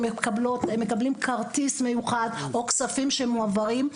הם מקבלים כרטיס מיוחד, או כספים שמועברים.